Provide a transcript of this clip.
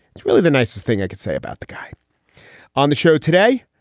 it's really the nicest thing i could say about the guy on the show today.